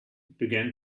began